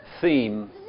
theme